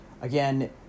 Again